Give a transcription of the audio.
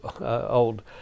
old